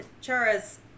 Chara's